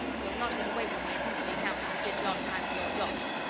you'll not get away from me as easily now as you did yon time in your yacht.